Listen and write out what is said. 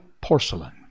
porcelain